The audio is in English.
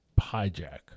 hijack